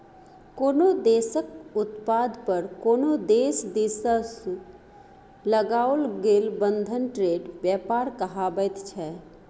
कोनो देशक उत्पाद पर कोनो देश दिससँ लगाओल गेल बंधन ट्रेड व्यापार कहाबैत छै